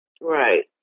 Right